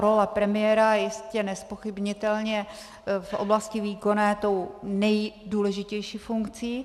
Role premiéra je jistě nezpochybnitelně v oblasti výkonné tou nejdůležitější funkcí.